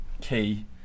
key